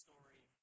Story